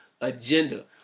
agenda